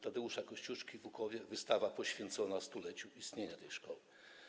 Tadeusza Kościuszki w Łukowie wystawa poświęcona stuleciu istnienia tej szkoły.